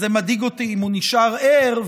אז זה מדאיג אותי אם הוא נשאר ער.